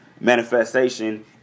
Manifestation